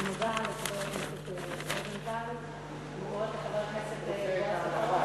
אני מודה לחבר הכנסת מיקי רוזנטל וקוראת לחבר הכנסת בועז טופורובסקי.